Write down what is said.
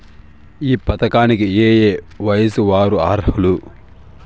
ఈ పథకానికి ఏయే వయస్సు వారు అర్హులు?